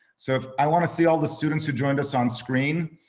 so if i wanna see all the students who joined us on screen,